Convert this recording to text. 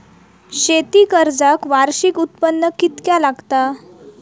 शेती कर्जाक वार्षिक उत्पन्न कितक्या लागता?